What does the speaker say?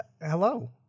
hello